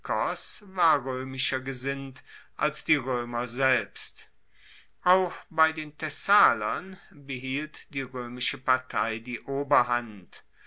roemischer gesinnt als die roemer selbst auch bei den thessalern behielt die roemische partei die oberhand